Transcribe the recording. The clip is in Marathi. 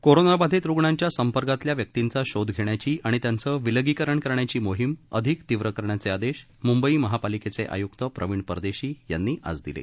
कोरोना बाधित रुग्णांच्या संपर्कातील व्यक्तींचा शोध घेण्याची आणि त्यांचे विलगीकरण करण्याची मोहीम अधिक तीव्र करण्याचे आदेश मुंबई महापालिकेचे आयुक्त प्रवीण परदेशी यांनी आज दिले